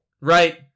right